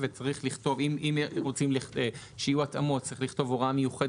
צריך לשים לב לסעיף המיוחד